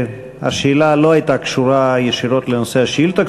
השאלה לא הייתה קשורה ישירות לנושא השאילתה,